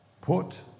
put